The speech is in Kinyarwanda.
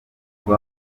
mubo